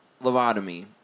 Lobotomy